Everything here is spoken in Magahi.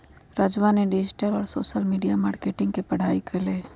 राजवा ने डिजिटल और सोशल मीडिया मार्केटिंग के पढ़ाई कईले है